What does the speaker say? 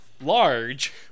Large